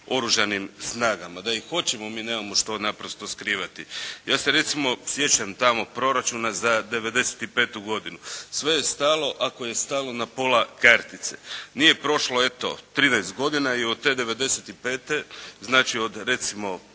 Oružanim snagama. Da i hoćemo mi nemamo što naprosto skrivati. Ja se recimo sjećam tamo proračuna za '95. godinu. Sve je stalo ako je stalo na pola kartice. Nije prošlo eto 13 godina i od te '95., znači od recimo